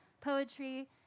poetry